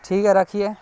ٹھیک ہے رکھیے